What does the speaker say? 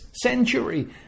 century